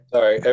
Sorry